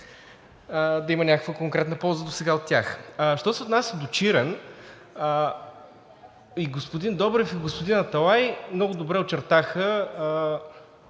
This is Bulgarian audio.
някаква конкретна полза досега от тях. Що се отнася до Чирен, и господин Добрев, и господин Аталай много добре очертаха